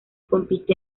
compite